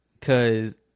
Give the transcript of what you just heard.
Cause